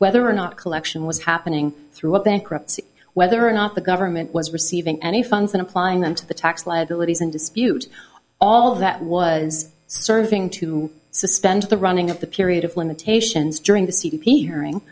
whether or not collection was happening throughout bankruptcy whether or not the government was receiving any funds in applying them to the tax liabilities in dispute all of that was serving to suspend the running of the period of limitations during the c d p hering